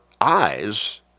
eyes